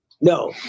No